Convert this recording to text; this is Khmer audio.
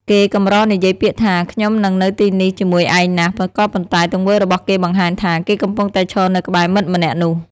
គេកម្រនិយាយពាក្យថា "ខ្ញុំនឹងនៅទីនេះជាមួយឯងណាស់" ក៏ប៉ុន្តែទង្វើរបស់គេបង្ហាញថា គេកំពុងតែឈរនៅក្បែរមិត្តម្នាក់នោះ។